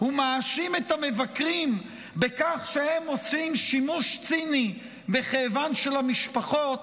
ומאשים את המבקרים בכך שהם עושים שימוש ציני בכאבן של המשפחות,